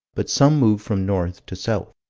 but some moved from north to south.